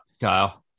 Kyle